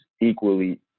equally